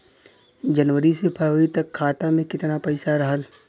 जनवरी से फरवरी तक खाता में कितना पईसा रहल?